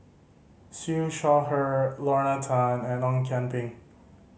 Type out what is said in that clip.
Siew Shaw Her Lorna Tan and Ong Kian Peng